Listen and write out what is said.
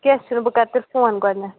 کیٚنٛہہ چھُنہٕ بہٕ کَرٕ تیٚلہِ فون گۄڈٕنٮ۪تھ